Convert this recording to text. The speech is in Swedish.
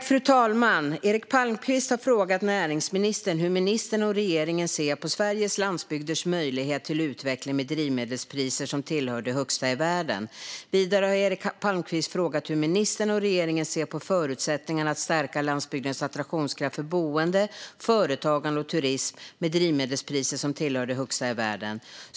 Fru talman! Eric Palmqvist har frågat näringsministern hur ministern och regeringen ser på Sveriges landsbygders möjlighet till utveckling med drivmedelspriser som tillhör de högsta i världen. Vidare har Eric Palmqvist frågat hur ministern och regeringen ser på förutsättningarna att stärka landsbygdens attraktionskraft för boende, företagande och turism med drivmedelspriser som tillhör de högsta i världen.